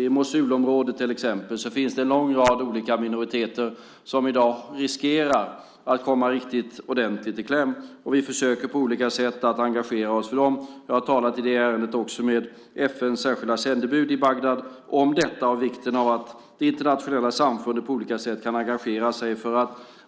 I Mosulområdet till exempel finns det en lång rad olika minoriteter som i dag riskerar att komma riktigt ordentligt i kläm. Vi försöker på olika sätt att engagera oss för dem. Jag har talat i det ärendet med FN:s särskilda sändebud i Bagdad och om vikten av att det internationella samfundet på olika sätt kan engagera sig.